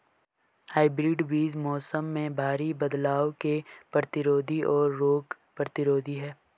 hybrid बीज मौसम में भारी बदलाव के प्रतिरोधी और रोग प्रतिरोधी हैं